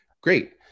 great